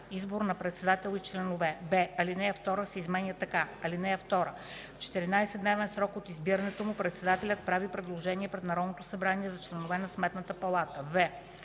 „Избор на председател и членове”; б) алинея 2 се изменя така: „(2) В 14-дневен срок от избирането му председателят прави предложение пред Народното събрание за членове на Сметната палата.”;